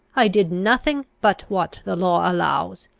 i did nothing but what the law allows.